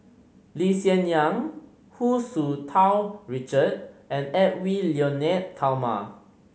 Lee Hsien Yang Hu Tsu Tau Richard and Edwy Lyonet Talma